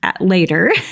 later